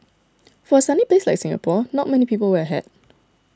for a sunny place like Singapore not many people wear a hat